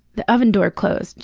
the oven door closed.